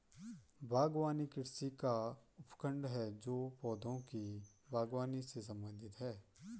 बागवानी कृषि का उपखंड है जो पौधों की बागवानी से संबंधित है